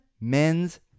men's